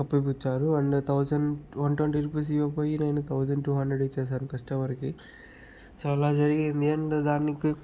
కప్పిపుచ్చారు and thousand one twenty rupees ఇవ్వబోయి నేను thousand two hundred ఇచ్చేశాను కస్టమర్కి సో అలా జరిగింది అండ్ దానికి